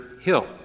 Hill